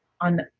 on